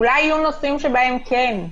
אולי יהיו נושאים שבהם כן.